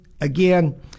again